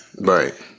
Right